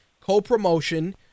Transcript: co-promotion